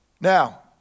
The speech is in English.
Now